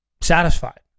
satisfied